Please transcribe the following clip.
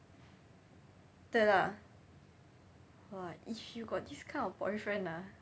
对 lah !wah! if you got these kind of boyfriend ah